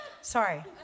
Sorry